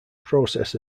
process